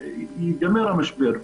ייגמר המשבר,